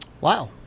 wow